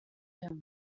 down